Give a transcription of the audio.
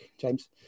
James